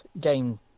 game